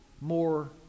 more